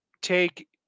take